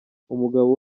umugabo